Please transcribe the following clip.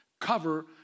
cover